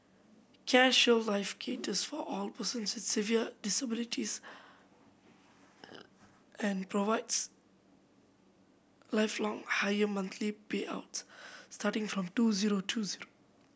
Care Shield Life caters for all persons with severe disabilities and provides lifelong higher monthly payouts starting from two zero two zero